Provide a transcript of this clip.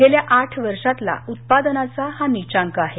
गेल्या आठ वर्षातला उत्पादनाचा हा नीचांक आहे